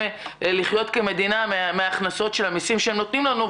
לחיות כמדינה מהכנסות של המיסים שהם נותנים לנו.